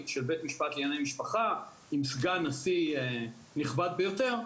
של בית המשפט לענייני משפחה עם סגן נשיא נכבד ביותר,